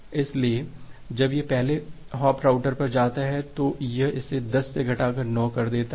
इसलिए जब यह पहले हॉप राउटर पर जाता है तो यह इसे 10 से घटाकर 9 कर देता है